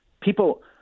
people